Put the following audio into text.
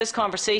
לטובת הדיון